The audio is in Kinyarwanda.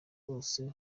bose